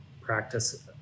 practice